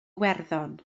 iwerddon